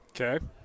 Okay